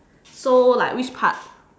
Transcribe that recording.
so like which part